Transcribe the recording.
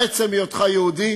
עצם היותך יהודי,